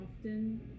often